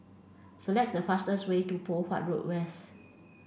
select the fastest way to Poh Huat Road West